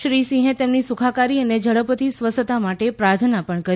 શ્રી સિંહે તેમની સુખાકારી અને ઝડપથી સ્વસ્થતા માટે પ્રાર્થના પણ કરી